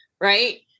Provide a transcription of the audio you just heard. Right